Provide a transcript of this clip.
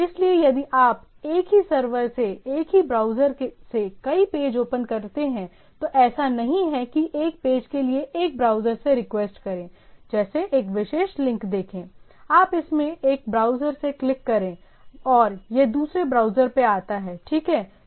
इसीलिए यदि आप एक ही सर्वर से एक ही ब्राउज़र से कई पेज ओपन करते हैं तो ऐसा नहीं है कि एक पेज के लिए एक ब्राउज़र से रिक्वेस्ट करें जैसे एक विशेष लिंक देखें आप इसमें एक ब्राउज़र से क्लिक करें और यह दूसरे ब्राउज़र में आता है ठीक है